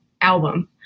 album